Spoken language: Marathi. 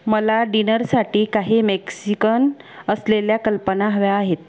मला डिनरसाठी काही मेक्सिकन असलेल्या कल्पना हव्या आहेत